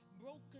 broken